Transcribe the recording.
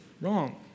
wrong